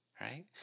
Right